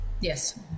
Yes